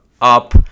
up